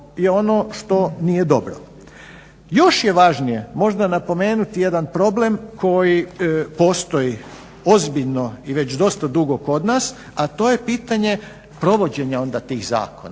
Još je važnije možda napomenuti jedan problem koji postoji ozbiljno i već dosta dugo kod nas, a to je pitanje provođenja onda tih zakona.